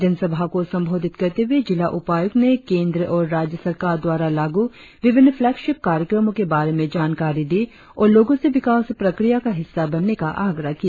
जन सभा को संबोधित करते हुए जिला उपायुक्त ने केंद्र और राज्य सरकार द्वारा लागू विभिन्न फ्लेक्शीफ कार्यक्रमों के बारे में जानकारी दी और लोगों से विकास प्रक्रिया का हिस्सा बनने का आग्रह किया